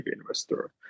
investor